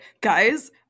guys